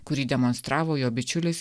kurį demonstravo jo bičiulis